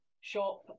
shop